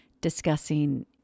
discussing